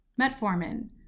Metformin